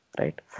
right